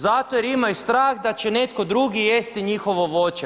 Zato jer imaju strah da će netko drugi jesti njihovo voće.